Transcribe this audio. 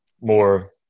more